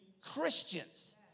Christians